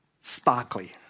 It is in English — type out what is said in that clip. sparkly